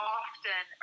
often